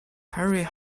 harry